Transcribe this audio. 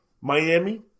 Miami